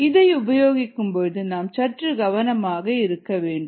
இதை உபயோகிக்கும் பொழுது நாம் சற்று கவனமாக இருக்க வேண்டும்